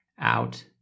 out